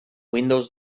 windows